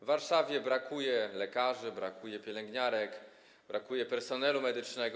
W Warszawie brakuje lekarzy, brakuje pielęgniarek, brakuje personelu medycznego.